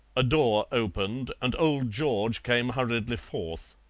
a door opened and old george came hurriedly forth.